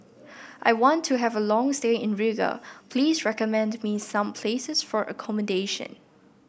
I want to have a long stay in Riga please recommend me some places for accommodation